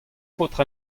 paotr